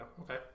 Okay